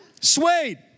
Suede